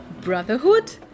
brotherhood